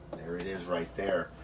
there it is right there.